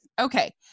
Okay